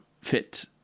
fit